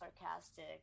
sarcastic